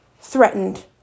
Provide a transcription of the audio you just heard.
threatened